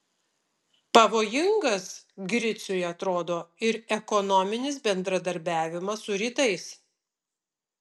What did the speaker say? pavojingas griciui atrodo ir ekonominis bendradarbiavimas su rytais